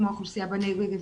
כמו האוכלוסייה בנגב,